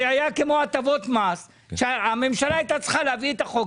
זה היה כמו הטבות מס כאשר הממשלה הייתה צריכה להביא את החוק